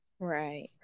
Right